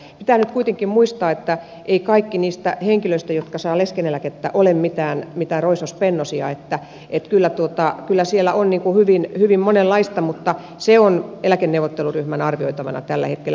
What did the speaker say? pitää nyt kuitenkin muistaa että eivät kaikki niistä henkilöistä jotka saavat leskeneläkettä ole mitään mitä kroisos pennosia että et kroisospennosia vaan kyllä siellä on hyvin monenlaista mutta se on eläkeneuvotteluryhmän arvioitavana tällä hetkellä